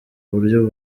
buryo